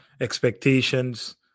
expectations